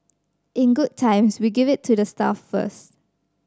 in good times we give it to the staff first